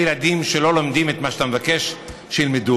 ילדים שלא לומדים את מה שאתה מבקש שילמדו,